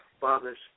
Father's